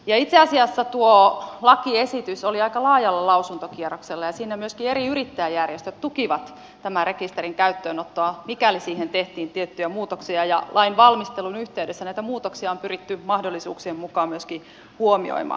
itse asiassa tuo lakiesitys oli aika laajalla lausuntokierroksella ja siinä myöskin eri yrittäjäjärjestöt tukivat tämän rekisterin käyttöönottoa mikäli siihen tehtäisiin tiettyjä muutoksia ja lain valmistelun yhteydessä näitä muutoksia on pyritty mahdollisuuksien mukaan myöskin huomioimaan